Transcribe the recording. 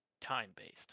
time-based